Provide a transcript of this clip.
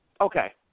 Okay